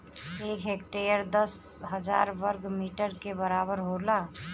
एक हेक्टेयर दस हजार वर्ग मीटर के बराबर होला